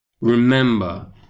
remember